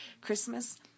Christmas